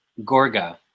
Gorga